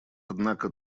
однако